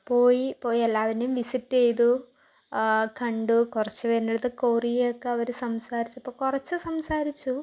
പോയി പോയെല്ലാവരിനേയും വിസിറ്റ് ചെയ്തു കണ്ടു കുറച്ച് പേരുടെ അടുത്ത് കൊറിയയൊക്കെ സംസാരിച്ചപ്പോൾ കുറച്ച് സംസാരിച്ചു